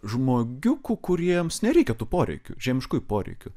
žmogiukų kuriems nereikia tų poreikių žemiškųjų poreikių